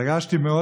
התרגשתי מאוד,